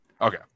Okay